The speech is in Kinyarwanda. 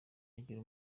agira